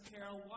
Carol